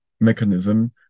mechanism